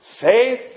faith